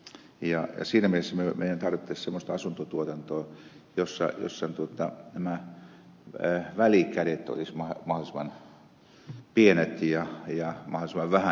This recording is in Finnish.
siinä mielessä meillä tarvittaisiin semmoista asuntotuotantoa jossa nämä välikädet olisivat mahdollisimman pienet ja mahdollisimman vähän niitä välikäsiä